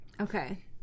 Okay